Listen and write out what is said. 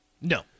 No